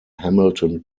hamilton